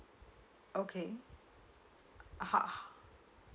okay how